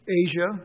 Asia